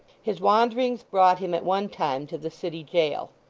his wanderings brought him at one time to the city jail.